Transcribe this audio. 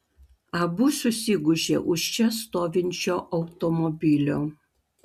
abu susigūžė už čia stovinčio automobilio